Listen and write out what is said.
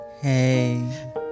Hey